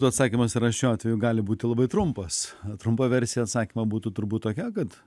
atsakymas yra šiuo atveju gali būti labai trumpas trumpa versija atsakymo būtų turbūt tokia kad